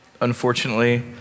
unfortunately